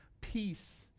peace